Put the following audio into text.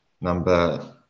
number